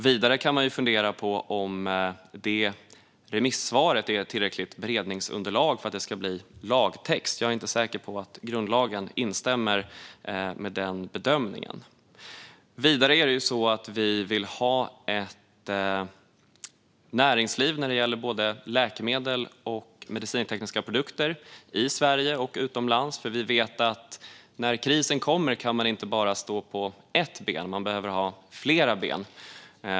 Vidare kan man fundera på om remissvaret är ett tillräckligt beredningsunderlag för att det ska kunna bli lagtext. Jag är inte säker på att grundlagen instämmer med den bedömningen. Vidare vill vi ha ett näringsliv när det gäller både läkemedel och medicintekniska produkter i Sverige och utomlands. När krisen kommer kan man inte bara ha ett ben att stå på, utan man behöver ha flera ben.